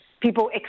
People